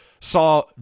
saw